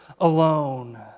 alone